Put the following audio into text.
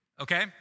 okay